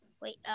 Wait